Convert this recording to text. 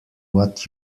what